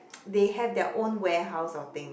they have their own warehouse sorting